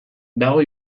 dago